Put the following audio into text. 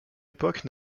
époque